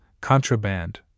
contraband